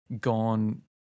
gone